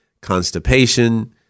constipation